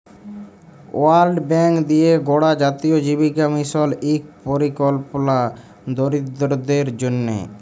world Bank দিঁয়ে গড়া জাতীয় জীবিকা মিশল ইক পরিকল্পলা দরিদ্দরদের জ্যনহে